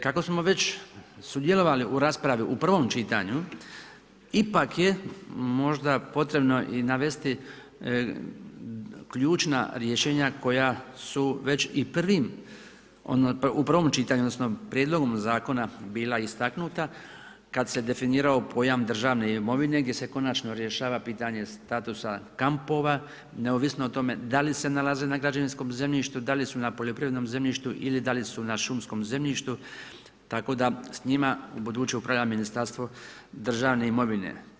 Kako smo već sudjelovali u raspravi u prvom čitanju ipak je možda potrebno i navesti ključna rješenja koja su već u prvom čitanju odnosno prijedlogom zakona bila istaknuta kada se definirao pojam državne imovine gdje se konačno rješava pitanje statusa kampova, neovisno o tome da li se nalaze na građevinskom zemljištu, da li su na poljoprivrednom zemljištu ili da li su na šumskom zemljištu, tako da s njima ubuduće upravlja Ministarstvo državne imovine.